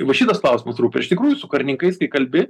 va šitas klausimas rūpi iš tikrųjų su karininkais kai kalbi